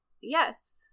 yes